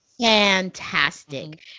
Fantastic